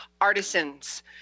artisans